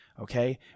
Okay